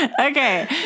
Okay